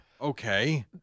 okay